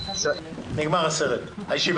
יאושר גם הקהל, במספר